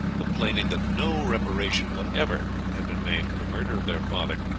complaining that no reparation whatever had been made for the murder of their father,